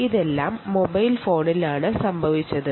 ഇതെല്ലാം മൊബൈൽ ഫോണിലാണ് സംഭവിക്കുന്നത്